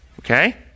okay